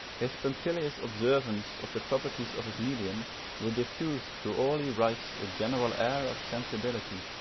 his punctilious observance of the proprieties of his medium will diffuse through all he writes a general air of sensibility,